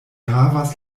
havas